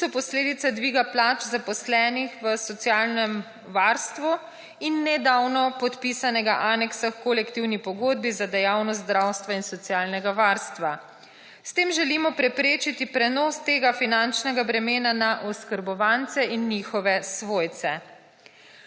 ki so posledica dviga plač zaposlenih v socialnem varstvu nedavno podpisanega aneksa h kolektivni pogodbi za dejavnost, zdravstvo in socialnega varstva. S tem želimo preprečiti prenos tega finančnega bremena na oskrbovance in njihove svojce.